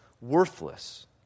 worthless